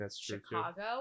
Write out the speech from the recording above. Chicago